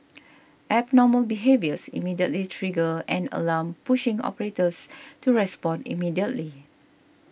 abnormal behaviours immediately trigger an alarm pushing operators to respond immediately